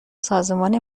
سازمان